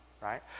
right